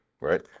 right